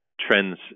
trends